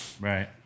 right